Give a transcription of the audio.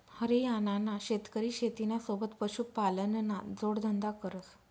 हरियाणाना शेतकरी शेतीना सोबत पशुपालनना जोडधंदा करस